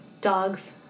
Dogs